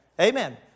Amen